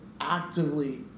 actively